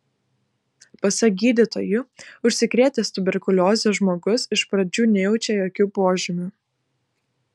pasak gydytojų užsikrėtęs tuberkulioze žmogus iš pradžių nejaučia jokių požymių